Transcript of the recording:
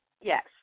Yes